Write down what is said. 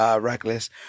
reckless